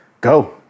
go